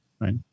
Right